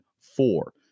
four